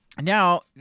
Now